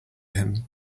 him